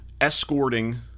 escorting